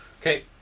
Okay